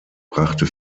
brachte